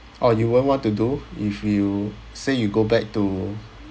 oh you won't want to do if you say you go back to